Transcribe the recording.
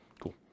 Cool